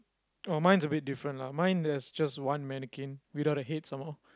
oh mine's a bit different lah mine there's just one mannequin without the head some more